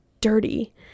dirty